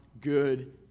good